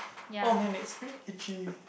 oh man it's really itchy